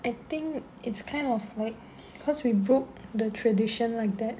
I think it's kind of like because we broke the tradition like that